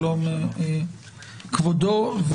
שלום, כבודו.